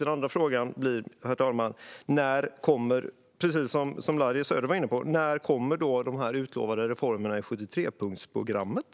Min andra fråga blir, precis som Larry Söder frågade: När kommer de utlovade reformerna i 73-punktsprogrammet?